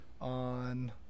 on